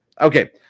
Okay